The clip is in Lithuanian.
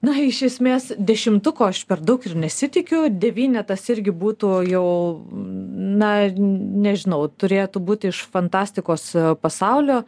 na iš esmės dešimtuko aš per daug ir nesitikiu devynetas irgi būtų jau na nežinau turėtų būti iš fantastikos pasaulio